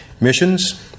missions